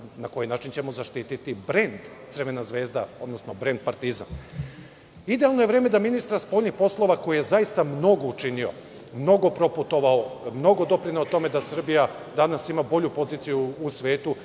na koji način ćemo zaštiti brend Crvena Zvezda, odnosno brend Partizan. Idealno je vreme da ministra spoljnih poslova, koji je zaista mnogo učinio, mnogo protputovao, mnogo doprineo tome da Srbija danas ima bolju poziciju u svetu,